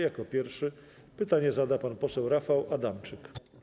Jako pierwszy pytanie zada pan poseł Rafał Adamczyk.